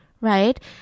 Right